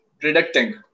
predicting